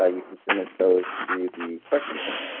ah you can submit those through the question pane.